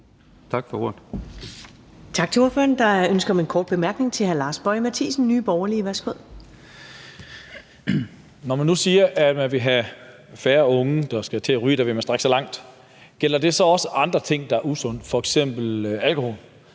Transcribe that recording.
Når man nu siger, at man vil have, at færre unge skal til at ryge, og man vil strække sig langt, gælder det så også andre ting, der er usunde, f.eks. alkohol?